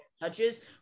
touches